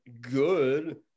good